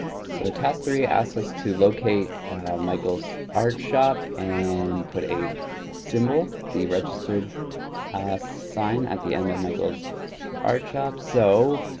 so, task three asks us to locate michael's art shop and put a symbol, the registered sign at the end of michael's art shop. so,